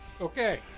Okay